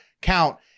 count